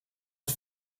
het